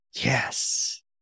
Yes